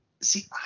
See